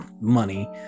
money